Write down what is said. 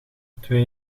twee